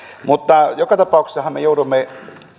mutta joka tapauksessahan me joudumme